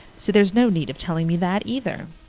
so there's no need of telling me that either.